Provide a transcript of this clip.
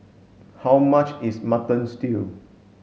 how much is mutton stew